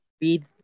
read